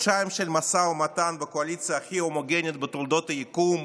חודשיים של משא ומתן בקואליציה הכי הומוגנית בתולדות היקום,